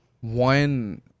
one